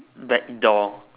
black door